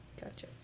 Gotcha